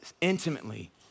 intimately